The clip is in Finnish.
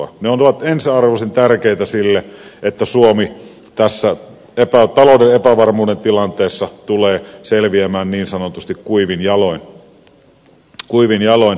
ne ovat ensiarvoisen tärkeitä siinä että suomi tässä talouden epävarmuuden tilanteessa tulee selviämään niin sanotusti kuivin jaloin